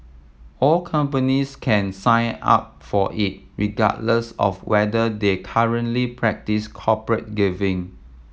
all companies can sign up for it regardless of whether they currently practise corporate giving